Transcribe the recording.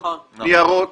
ניירות,